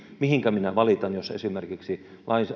mihinkä minä valitan jos esimerkiksi